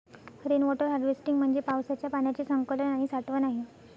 rain water harvesting म्हणजे पावसाच्या पाण्याचे संकलन आणि साठवण आहे